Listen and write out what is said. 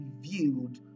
revealed